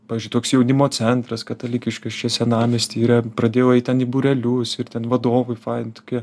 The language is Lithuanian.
pavyzdžiui toks jaunimo centras katalikiškas čia senamiesty yra pradėjau eit ten į būrelius ir ten vadovai faini tokie